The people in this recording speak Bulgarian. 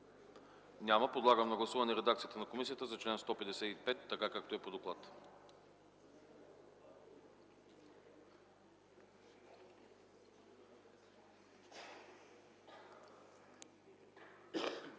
прието. Подлагам на гласуване редакцията на комисията за чл. 169, така както е по доклада.